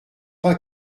pas